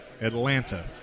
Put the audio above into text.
Atlanta